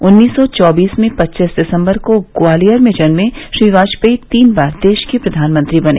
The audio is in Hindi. उन्नीस सौ चौबीस में पच्चीस दिसम्बर को ग्वालियर में जन्मे श्री वाजपेई तीन बार देश के प्रधानमंत्री बने